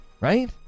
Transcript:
right